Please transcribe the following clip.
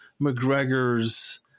McGregor's